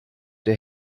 der